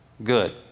good